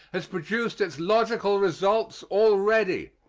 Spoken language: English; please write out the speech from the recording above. has produced its logical results already.